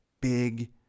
big